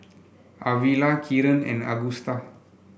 Arvilla Kieran and Agusta